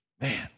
Man